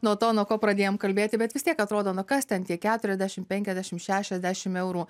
nuo to nuo ko pradėjom kalbėti bet vis tiek atrodo nu kas ten tie keturiasdešimt penkiasdešimt šešiasdešimt eurų